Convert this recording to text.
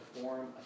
form